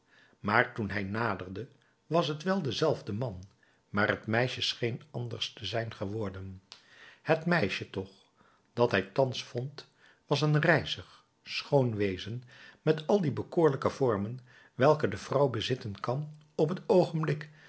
maar toen hij naderde was het wel dezelfde man maar het meisje scheen anders te zijn geworden het meisje toch dat hij thans vond was een rijzig schoon wezen met al die bekoorlijke vormen welke de vrouw bezitten kan op het oogenblik